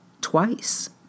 twice